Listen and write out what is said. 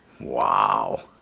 Wow